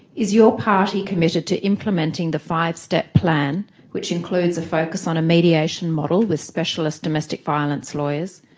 is your party committed to implementing the five-step plan which includes a focus on a mediation model with specialist domestic violence lawyers,